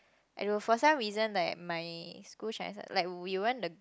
for some reason like my school Chinese like we won the